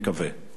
תודה רבה.